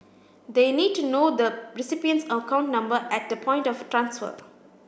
the need to know the recipient's account number at the point of transfer